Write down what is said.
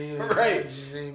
right